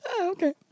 okay